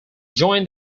joined